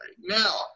Now